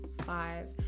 five